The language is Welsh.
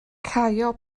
caio